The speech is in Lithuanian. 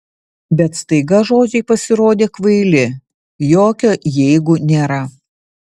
bet staiga žodžiai pasirodė kvaili jokio jeigu nėra